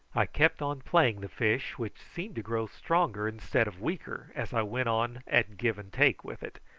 i kept on playing the fish, which seemed to grow stronger instead of weaker as i went on at give and take with it,